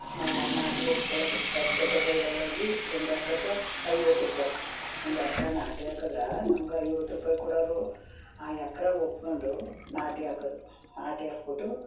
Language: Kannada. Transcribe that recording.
ಹಾಂ ನಾಟಿ ಒಪ್ಕೊಳ್ಳೋದು ಗದ್ದೆ ಗದ್ದೆ ಬೈಲಲ್ಲಿ ಹೋಗಿ ಒಂದು ಎಕ್ರೆಗೆ ಐವತ್ತು ರೂಪಾಯಿ ಒಂದು ಎಕರೆ ನಾಟಿ ಹಾಕಿದ್ರಾ ನಮ್ಗೆ ಐವತ್ತು ರೂಪಾಯಿ ಕೊಡೋವ್ರು ಆ ಎಕರೆ ಒಪ್ಕೊಂಡು ನಾಟಿ ಹಾಕೋದು ನಾಟಿ ಹಾಕ್ಬಿಟ್ಟು